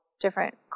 different